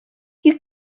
you